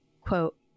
Quote